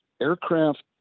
aircraft